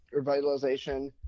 revitalization